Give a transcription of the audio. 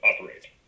operate